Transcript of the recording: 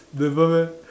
never meh